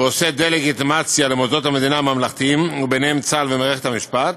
ועושה דה-לגיטימציה למוסדות המדינה הממלכתיים ובהם צה״ל ומערכת המשפט,